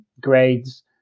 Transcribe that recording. grades